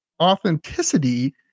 authenticity